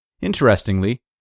Interestingly